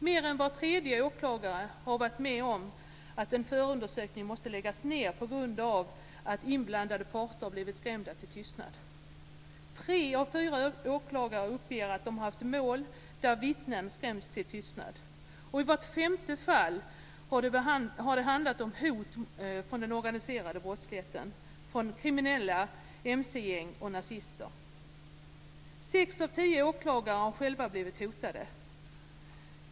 Mer än var tredje åklagare har varit med om att en förundersökning måste läggas ned på grund av att inblandade parter blivit skrämda till tystnad. Tre av fyra åklagare uppger att de har haft mål där vittnen skrämts till tystnad. I vart femte fall har det handlat om hot från den organiserade brottsligheten - från kriminella mc-gäng och nazister. Sex av tio åklagare har själva blivit hotade.